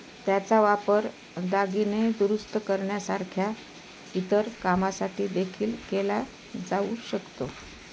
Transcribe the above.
त्याचा वापर दागिने दुरुस्त करण्यासारख्या इतर कामासाठी देखील केला जाऊ शकतो